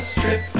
Strip